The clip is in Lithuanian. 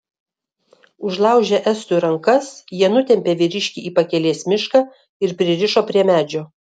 užlaužę estui rankas jie nutempė vyriškį į pakelės mišką ir pririšo prie medžio